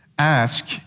Ask